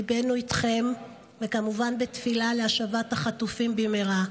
ליבנו איתכן, וכמובן, בתפילה להשבת החטופים במהרה.